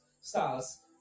stars